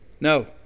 no